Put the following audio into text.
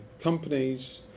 companies